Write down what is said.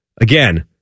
Again